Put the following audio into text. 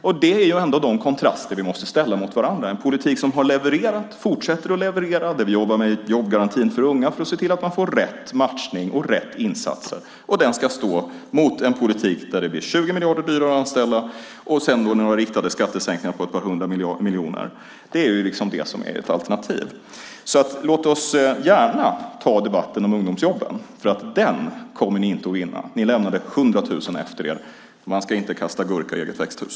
Det är ändå de kontraster vi måste ställa mot varandra. En politik som har levererat, fortsätter att leverera och där vi jobbar med jobbgarantin för unga för att se till att de får rätt matchning och rätt insatser ska stå mot en politik där det blir 20 miljarder dyrare att anställa och några riktade skattesänkningar på ett par hundra miljoner. Det är liksom det som är ert alternativ. Låt oss gärna ta debatten om ungdomsjobben, för den kommer ni inte att vinna! Ni lämnade 100 000 efter er. Man ska inte kasta gurka i eget växthus.